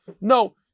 No